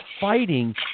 fighting